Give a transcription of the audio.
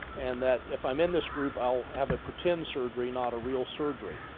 and that if i'm in this group, i'll have a pretend surgery, not a real surgery.